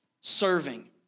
serving